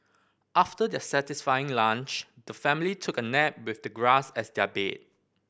after their satisfying lunch the family took a nap with the grass as their bed